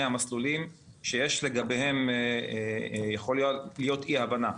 המסלולים שיכולה להיות לגביהם אי הבנה.